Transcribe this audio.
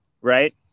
right